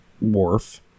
Worf